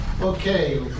Okay